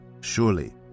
Surely